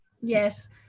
Yes